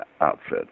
outfit